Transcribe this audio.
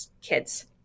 kids